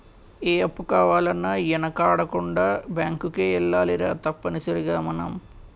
ఏ అప్పు కావాలన్నా యెనకాడకుండా బేంకుకే ఎల్లాలిరా తప్పనిసరిగ మనం